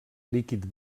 líquid